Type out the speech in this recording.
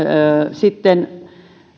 sitten